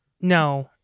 No